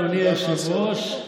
אדוני היושב-ראש,